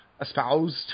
espoused